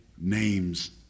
name's